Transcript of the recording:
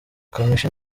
kamichi